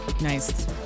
Nice